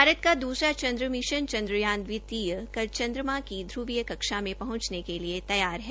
भारत का द्रसरा चन्द्र मिशन चन्द्रयान कल चन्द्रमा की ध्रवीय कक्षा में पहुंचने के लिए तैयार है